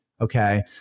Okay